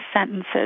sentences